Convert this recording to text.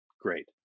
great